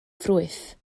ffrwyth